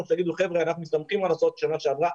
או שתגידו לנו שאתם מסתמכים על ההוצאות של שנה שעברה,